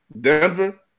Denver